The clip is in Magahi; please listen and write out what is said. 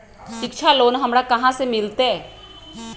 शिक्षा लोन हमरा कहाँ से मिलतै?